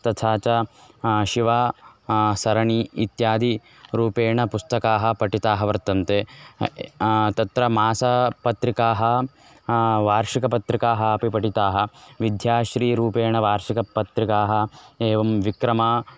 तथा च शिवा सरणी इत्यादिरूपेण पुस्तकानि पठितानि वर्तन्ते तत्र मासपत्रिकाः वार्षिकपत्रिकाः अपि पठिताः विद्याश्रीरूपेण वार्षिकपत्रिकाः एवं विक्रमा